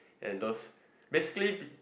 and those basically be